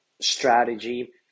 Strategy